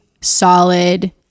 solid